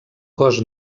cos